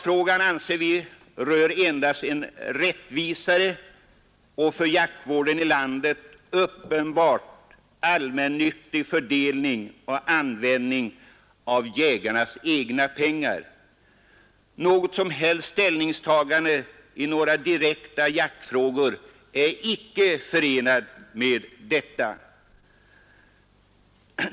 Frågan rör endast en rättvisare och för jaktvården i landet uppenbart allmännyttig fördelning och användning av jägarnas egna pengar. Något som helst ställningstagande i några direkta jaktfrågor är icke förenat med detta spörsmål.